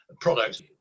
products